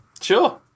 Sure